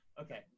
okay